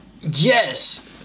Yes